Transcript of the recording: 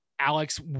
Alex